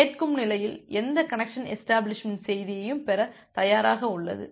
எனவே கேட்கும் நிலையில் எந்த கனெக்சன் எஷ்டபிளிஷ்மெண்ட் செய்தியையும் பெற தயாராக உள்ளது